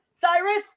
Cyrus